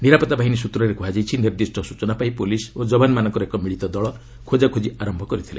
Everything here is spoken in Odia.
ନିରାପତ୍ତା ବାହିନୀ ସ୍ନୁତ୍ରରେ କୁହାଯାଇଛି ନିର୍ଦ୍ଦିଷ୍ଟ ସୂଚନା ପାଇ ପୁଲିସ୍ ଓ ଯବାନମାନଙ୍କର ଏକ ମିଳିତ ଦଳ ଖୋଜାଖୋଜି ଆରମ୍ଭ କରିଥିଲେ